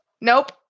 nope